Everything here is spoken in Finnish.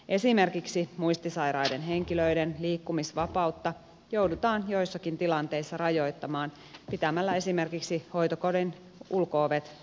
esimerkiksi muistisairaiden henkilöiden liikkumisvapautta joudutaan joissakin tilanteissa rajoittamaan pitämällä esimerkiksi hoitokodin ulko ovet lukittuina